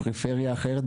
בפריפריה אחרת,